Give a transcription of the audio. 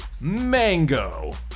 Mango